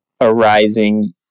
arising